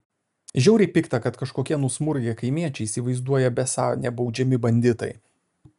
žiauriai pikta kad kažkokie nusmurgę kaimiečiai įsivaizduoja besą nebaudžiami banditai